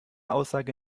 aussage